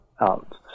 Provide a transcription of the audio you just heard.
out